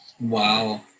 Wow